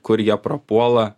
kur jie prapuola